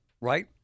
Right